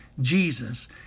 Jesus